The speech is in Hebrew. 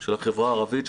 של החברה הערבית.